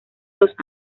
los